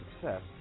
success